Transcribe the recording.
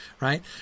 right